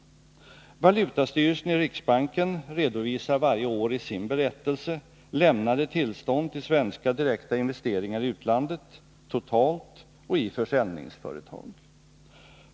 Valutastyrelsen i riksbanken redovisar varje år i sin berättelse lämnade tillstånd till svenska direkta investeringar i utlandet, totalt och i försäljningsföretag.